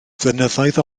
flynyddoedd